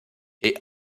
est